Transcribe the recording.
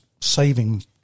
saving